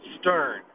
Stern